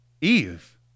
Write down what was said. Eve